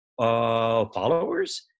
followers